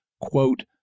quote